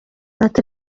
ati